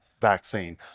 Vaccine